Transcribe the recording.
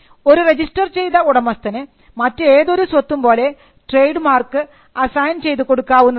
ഒരു രജിസ്റ്റർ ചെയ്ത ഉടമസ്ഥന് മറ്റേതൊരു സ്വത്തും പോലെ ട്രേഡ് മാർക്ക് അസൈൻ ചെയ്തു കൊടുക്കാവുന്നതാണ്